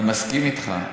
אני מסכים איתך,